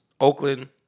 Oakland